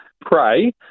pray